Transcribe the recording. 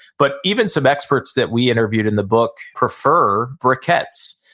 but even some experts that we interviewed in the book prefer briquettes.